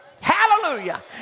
Hallelujah